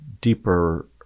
deeper